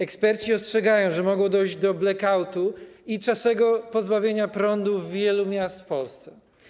Eksperci ostrzegają, że mogło dojść do blackoutu i czasowego pozbawienia prądu wielu miast w Polsce.